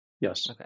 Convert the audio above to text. Yes